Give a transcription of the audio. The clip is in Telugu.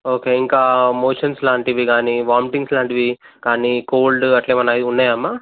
ఓకే ఇంకా మోషన్స్ లాంటివి గానీ వాంటింగ్స్ లాంటివి కానీ కోల్డ్ అట్లేమన్నా ఉన్నాయా అమ్మ